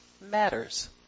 matters